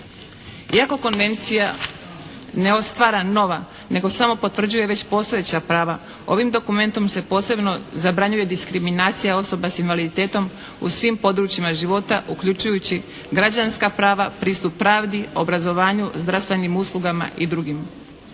Iako konvencija ne stvara nova nego samo potvrđuje već postojeća prava ovim dokumentom se posebno zabranjuje diskriminacija osoba s invaliditetom u svim područjima života uključujući građanska prava, pristup pravdi, obrazovanju, zdravstvenim uslugama i drugim.